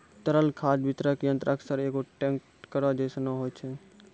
तरल खाद वितरक यंत्र अक्सर एगो टेंकरो जैसनो होय छै